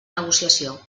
negociació